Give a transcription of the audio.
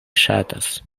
ŝatas